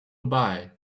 buy